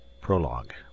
Prologue